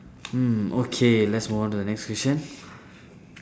hmm okay let's move on to the next question